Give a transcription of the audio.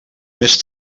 més